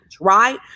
Right